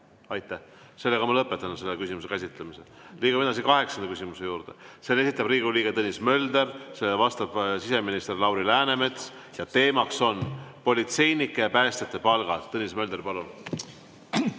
Aitäh! Sellega ma lõpetan selle küsimuse käsitlemise. Liigume edasi kaheksanda küsimuse juurde, mille esitab Riigikogu liige Tõnis Mölder, vastab siseminister Lauri Läänemets ja teemaks on politseinike ja päästjate palgad. Tõnis Mölder, palun!